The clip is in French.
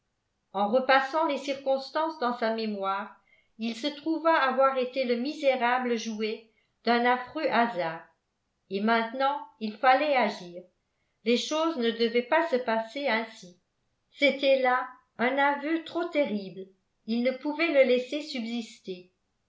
en repassant les circonstances dans sa mémoire il se trouva avoir été le misérable jouet d'un affreux hasard et maintenant il fallait agir les choses ne devaient pas se passer ainsi c'était là un aveu trop terrible il ne pouvait le laisser subsister